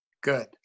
Good